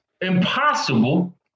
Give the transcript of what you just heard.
impossible